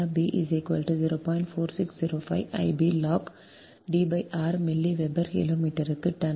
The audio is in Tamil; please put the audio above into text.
4605 I b log d r milli weber கிலோமீட்டருக்கு டன்